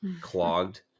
clogged